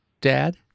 Dad